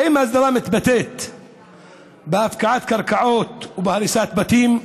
האם הסדרה מתבטאת בהפקעת קרקעות ובהריסת בתים?